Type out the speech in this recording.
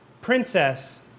princess